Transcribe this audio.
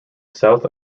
south